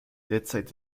derzeit